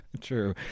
true